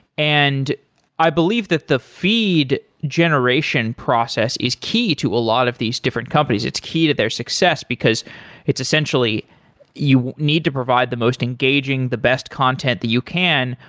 and i believe that the feed generation process is key to a lot of these different companies. it's key to their success, because essentially you need to provide the most engaging, the best content that you can,